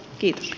kiitos